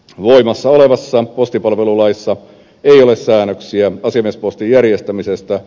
voimassa olevassa postipalvelulaissa ei ole säännöksiä asiamiespostin järjestämisestä